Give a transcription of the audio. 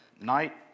night